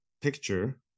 picture